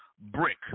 brick